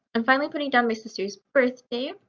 i'm finally putting down my sister's birthday.